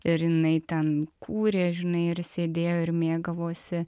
ir jinai ten kūrė žinai ir sėdėjo ir mėgavosi